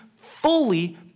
fully